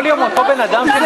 כל יום אותו בן-אדם נמצא פה?